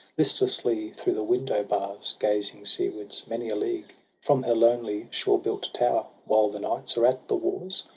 listlessly through the window-bars gazing seawards many a league from her lonely shore-built tower, while the knights are at the wars?